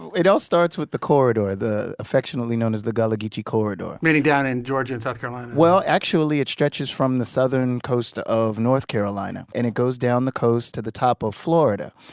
it all starts with the corridor, the affectionately affectionately known as the gullah geechee corridor, maybe down in georgia and south carolina. well, actually, it stretches from the southern coast of north carolina and it goes down the coast to the top of florida.